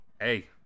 hey